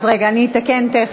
זה לא קלט את, רגע, אני אתקן תכף.